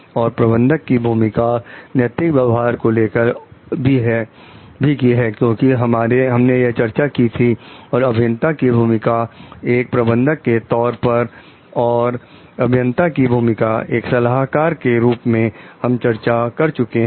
और प्रबंधक की भूमिका नैतिक व्यवहार को लेकर भी की है क्योंकि हमने यह चर्चा की थी और अभियंता की भूमिका एक प्रबंधक के तौर पर और अभियंता की भूमिका एक सलाहकार के रूप में हम चर्चा कर चुके हैं